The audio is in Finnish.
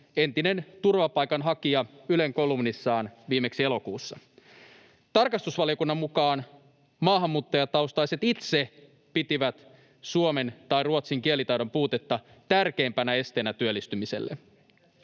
entinen turvapaikanhakija, Ylen kolumnissaan viimeksi elokuussa. Tarkastusvaliokunnan mukaan maahanmuuttajataustaiset itse pitivät suomen tai ruotsin kielitaidon puutetta tärkeimpänä esteenä työllistymiselle.